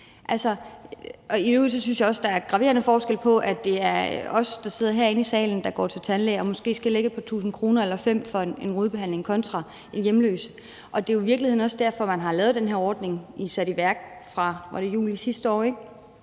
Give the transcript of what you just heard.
er en graverende forskel på, at det er os, der sidder herinde i salen, der går til tandlæge, og som måske skal lægge et par tusinde kroner eller 5.000 kr. for en rodbehandling, kontra en hjemløs. Og det er jo i virkeligheden også derfor, at man har sat den her ordning i værk, var det fra juli sidste år,